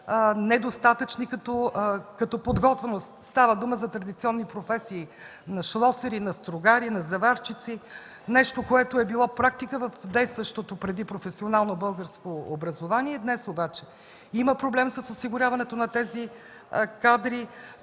недостатъчни като подготвеност. Става дума за традиционни професии на шлосери, на стругари, на заварчици – нещо, което е било практика в действащото преди професионално българско образование. Днес обаче има проблем с осигуряването на тези кадри,